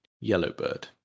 Yellowbird